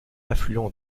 affluent